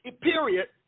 period